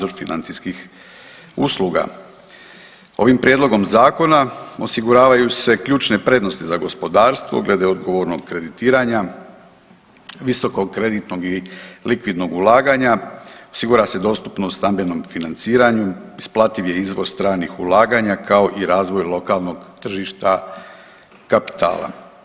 Ovim Prijedlogom zakona osiguravaju se ključne prednosti za gospodarstvo glede odgovornog kreditiranja, visokog kreditnog i likvidnog ulaganja, osigurava se dostupnost stambenom financiranju, isplativ je izvor stranih ulaganja, kao i razvoj lokalnog tržišta kapitala.